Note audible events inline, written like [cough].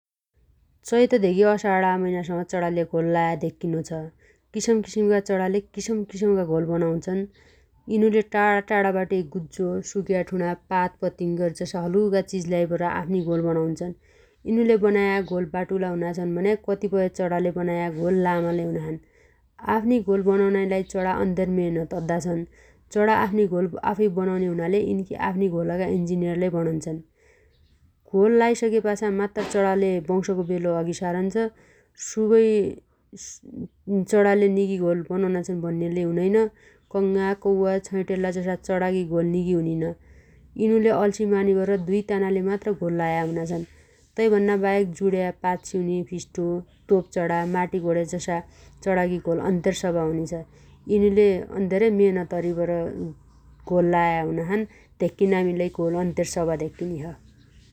चैतधेगी असाणाा मैनासम्म चणााले घोल लाया धेक्कीनो छ । किसमकिसमका चणााले किसमकिसमका घोल बनाउन्छन् । यिनुले टाणाटाणा बाटिहै गुज्जो, सुग्या ठुणाा, पातपतिंगर जसा हलुगा चिज ल्याइबर आफ्नी घोल बणाउन्छन् । यिनुले बनाया घोल बाटुला हुनाछन् भन्या कतिपय चणााले लाया घोल लामालै हुनाछन् । आफ्नी घोल बनाउनाइलाइ चणा अन्धेर मेहेनत अद्दाछन् । चणाा आफ्नी घोल आफुइ बनाउन्या हुनाले यिन्खी आफ्नी घोलगा इन्जीनियर लै भणन्छन् । घोल लाइसगे पाछा मात्तर [noise] चणागा वंशगो वेलो अघि सरन्छ । सबुइ [hesitation] चणाले निगी घोल बनाउनाछन भन्न्या हुनैन । कंङा, कौवा, छैटेल्लो जसा चणागी घोल निगी हुनीन । यिनुले अल्सी मानीवर दुइ तानाले मात्र घोल लाया हुनाछन्। [noise] तै भन्ना बाहेक, जुण्या, पात सिउने फिस्टो, तोप चणा, माटीकोरे जसा चणागी घोल अन्धेर सवा हुनीछ । यिनुले अन्धेरै मेहेनत अरिबर घोल लाया हुनाछन् । धेक्कीनमामी लै घोल अन्धेर सवा धेक्कीनि छ ।